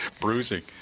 Bruising